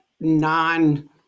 non